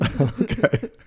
Okay